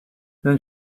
then